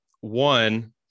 one